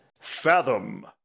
Fathom